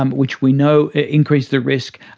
um which we know increases the risk,